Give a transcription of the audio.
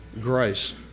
grace